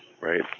right